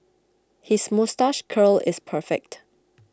his moustache curl is perfect